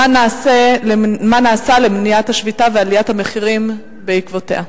2. מה נעשה למניעת השביתה ועליית המחירים בעקבותיה?